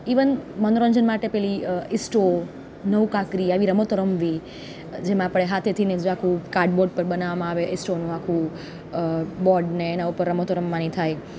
even મનોરંજન માટે પેલી ઈસ્ટો નવ કાંકરી એવી રમતો રમવી જેમાં આપણે હાથેથી ને જ આખું કાર્ડબોર્ડ પર બનાવામાં આવે એસ્ટ્રોનું આખું બોર્ડ ને એનાં ઉપર રમતો રમવાની થાય